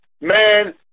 man